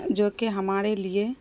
جو کہ ہمارے لیے